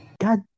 God